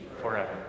forever